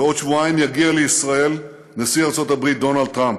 בעוד שבועיים יגיע לישראל נשיא ארצות הברית דונלד טראמפ.